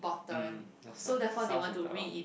mm that's right self centred orh